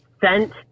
sent